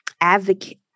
advocate